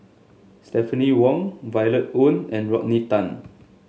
Stephanie Wong Violet Oon and Rodney Tan